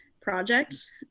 project